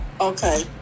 Okay